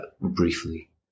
briefly